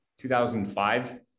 2005